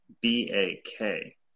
B-A-K